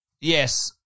yes